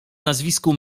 nazwisku